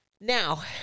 Now